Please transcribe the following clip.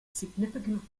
significant